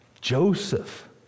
Joseph